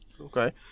Okay